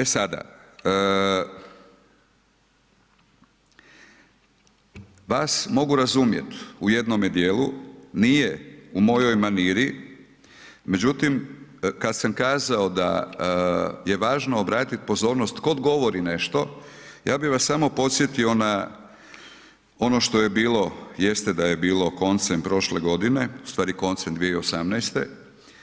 E sada, vas mogu razumjet u jednome dijelu nije u mojoj maniri, međutim kad sam kazao da je važno obratit pozornost tko govori nešto ja bih vas samo podsjetio na ono što je bilo, jeste da je bilo koncem prošle godine u stvari koncem 2018.,